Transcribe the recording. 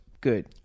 good